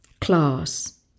class